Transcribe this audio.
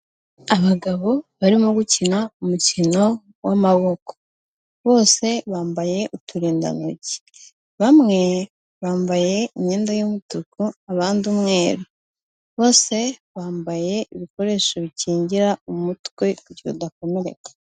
Abagabo barimo gukina umukino w'amaboko bose bambaye uturindantoki, bamwe bambaye imyenda y'umutuku abandi umweru, bose bambaye ibikoresho bikingira umutwe kugira ngo badakomereka.